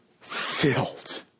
filled